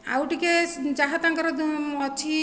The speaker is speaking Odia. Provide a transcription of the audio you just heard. ଆଉଟିକେ ଯାହା ତାଙ୍କର ଦୁ ଅଛି